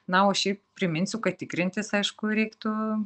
na o šiaip priminsiu kad tikrintis aišku reiktų